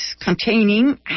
containing